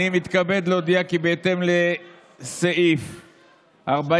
אני מתכבד להודיע כי בהתאם לסעיף 43ד(ו)